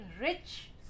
rich